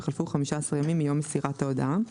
וחלפו 15 ימים מיום מסירת ההודעה,